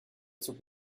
zug